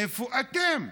איפה אתם?